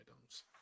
items